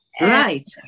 Right